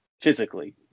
physically